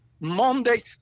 Monday